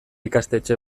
ikastetxe